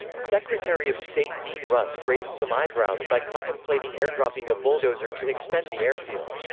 secretary of state dean rusk raised some eyebrows by contemplating airdropping a bulldozer to extend the airfield.